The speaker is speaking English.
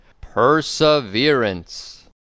Perseverance